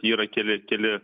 yra keli keli